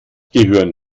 gehören